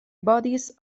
bodies